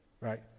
right